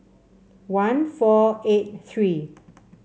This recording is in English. one four eight three